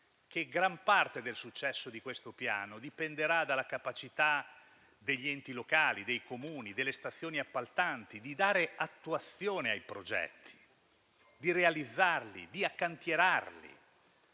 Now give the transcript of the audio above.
che gran parte del successo di questo Piano dipenderà dalla capacità degli enti locali, dei Comuni e delle stazioni appaltanti di dare attuazione ai progetti, cantierarli e realizzarli.